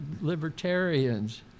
libertarians